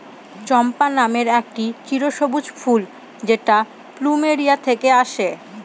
চম্পা নামের একটি চিরসবুজ ফুল যেটা প্লুমেরিয়া থেকে আসে